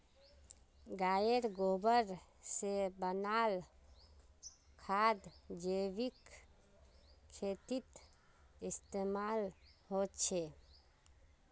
गायेर गोबर से बनाल खाद जैविक खेतीत इस्तेमाल होछे